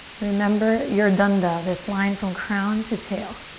remember your dunda, this line from crown to tail.